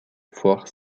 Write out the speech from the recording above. foire